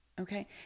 okay